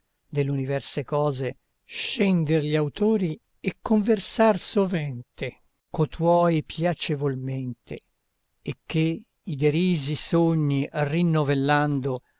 dell'universe cose scender gli autori e conversar sovente co tuoi piacevolmente e che i derisi sogni rinnovellando